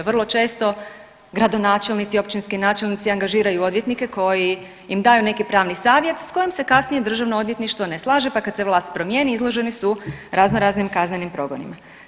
Vrlo često gradonačelnici, općinski načelnici angažiraju odvjetnike koji im daju neki pravni savjet s kojim se kasnije Državno odvjetništvo ne slaže pa kad se vlast promijeni izloženi su razno raznim kaznenim progonima.